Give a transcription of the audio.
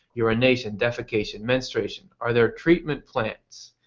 urination, defecation, menstruation? are there treatment plants?